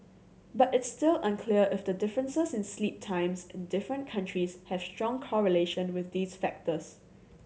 but it's still unclear if the differences in sleep times in different countries have strong correlation with these factors